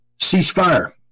ceasefire